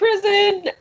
prison